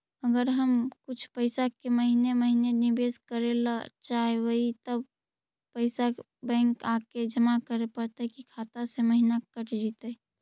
अगर हम कुछ पैसा के महिने महिने निबेस करे ल चाहबइ तब पैसा बैक आके जमा करे पड़तै कि खाता से महिना कट जितै?